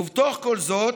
ובתוך כל זאת,